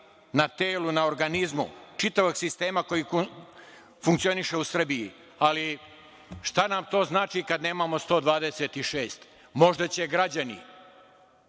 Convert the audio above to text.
na telu, na organizmu čitavog sistema koji funkcioniše u Srbiji. Ali, šta nam to znači kad nemamo 126?Možda će građani